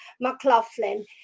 McLaughlin